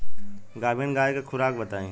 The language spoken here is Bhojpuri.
गाभिन गाय के खुराक बताई?